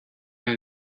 have